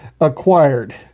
acquired